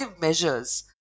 measures